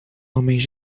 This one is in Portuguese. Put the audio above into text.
homens